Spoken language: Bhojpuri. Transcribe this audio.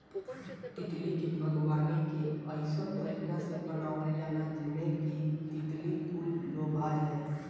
तितली के बागवानी के अइसन तरीका से बनावल जाला जेमें कि तितली कुल लोभा जाये